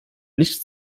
nicht